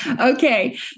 Okay